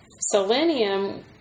selenium